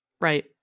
Right